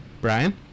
Brian